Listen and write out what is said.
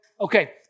Okay